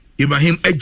ibrahim